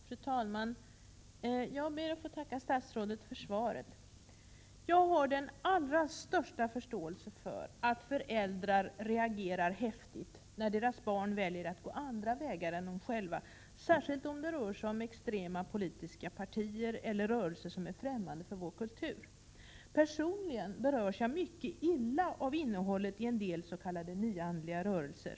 Fru talman! Jag ber att få tacka statsrådet för svaret. Jag har den allra största förståelse för att föräldrar reagerar kraftigt när deras barn väljer att gå andra vägar än de själva, särskilt om det rör sig om extrema politiska partier eller rörelser som är främmande för vår kultur. Personligen berörs jag mycket illa av innehållet i en del s.k. nyandliga rörelser.